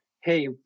hey